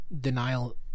denial